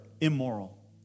immoral